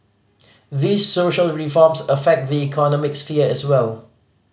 these social reforms affect the economic sphere as well